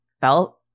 felt